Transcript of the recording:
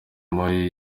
moi